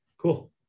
Cool